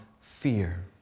fear